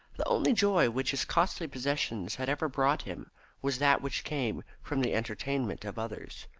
the only joy which his costly possessions had ever brought him was that which came from the entertainment of others.